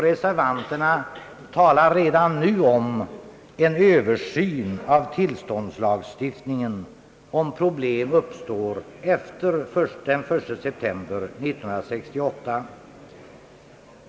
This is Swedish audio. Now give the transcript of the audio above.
Reservanterna talar redan nu om en Ööversyn av tillståndslagstiftningen, om problem uppstår efter den 30 september 1968.